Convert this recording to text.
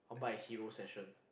I want to buy a hero session